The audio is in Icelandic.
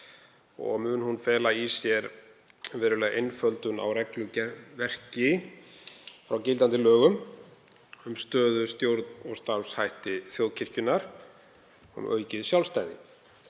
og mun hún fela í sér verulega einföldun á regluverki frá gildandi lögum um stöðu, stjórn og starfshætti þjóðkirkjunnar og aukið sjálfstæði.